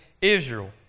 Israel